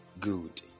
good